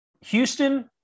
Houston